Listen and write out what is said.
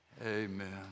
Amen